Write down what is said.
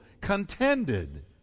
contended